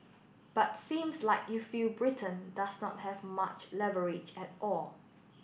but seems like you feel Britain does not have much leverage at all